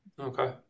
Okay